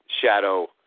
shadow